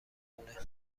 خونه